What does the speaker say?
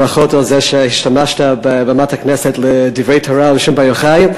ברכות על זה שהשתמשת בבמת הכנסת לדברי תורה על שמעון בר יוחאי.